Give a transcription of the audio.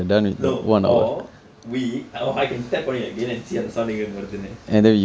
bro or we or I can tap on it again and see அந்த:antha sound எங்கிருந்து வருதுன்னு:ankirunthu varuthunnu